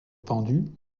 pendus